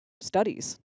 studies